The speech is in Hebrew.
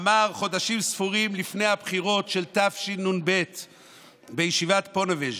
אמר חודשים ספורים לפני הבחירות של תשנ"ב בישיבת פוניבז',